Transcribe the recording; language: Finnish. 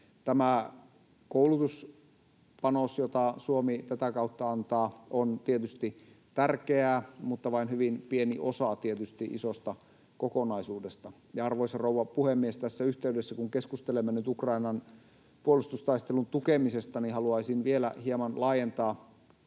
Tämä koulutuspanos, jota Suomi tätä kautta antaa, on tietysti tärkeä mutta vain hyvin pieni osa isosta kokonaisuudesta. Ja, arvoisa rouva puhemies, tässä yhteydessä, kun keskustelemme nyt Ukrainan puolustustaistelun tukemisesta, haluaisin vielä hieman laajentaa